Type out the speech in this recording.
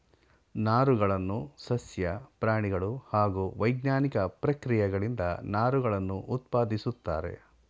ನಾರುಗಳನ್ನು ಸಸ್ಯ ಪ್ರಾಣಿಗಳು ಹಾಗೂ ವೈಜ್ಞಾನಿಕ ಪ್ರಕ್ರಿಯೆಗಳಿಂದ ನಾರುಗಳನ್ನು ಉತ್ಪಾದಿಸುತ್ತಾರೆ